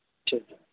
ٹھیک